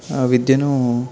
విద్యను